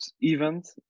event